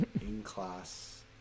in-class